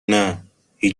نه، هیچ